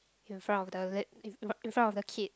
in front of the lid in in in front of the kid